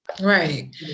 Right